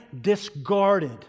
discarded